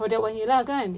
for that one year lah kan